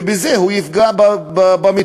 ובזה הוא פוגע גם במטופלים.